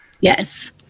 yes